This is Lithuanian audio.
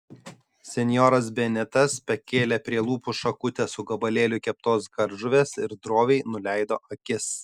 senjoras benitas pakėlė prie lūpų šakutę su gabalėliu keptos kardžuvės ir droviai nuleido akis